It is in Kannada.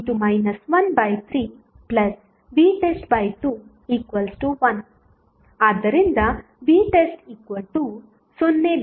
5 13vtest21 ಆದ್ದರಿಂದ vtest0